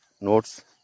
notes